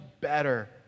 better